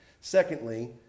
Secondly